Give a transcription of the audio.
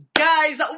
Guys